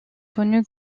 connu